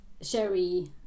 Sherry